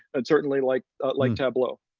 and certainly like like tableau.